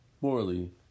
morally